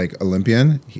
Olympian